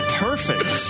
perfect